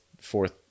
fourth